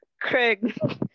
Craig